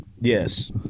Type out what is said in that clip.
Yes